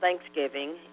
Thanksgiving